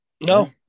no